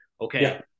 Okay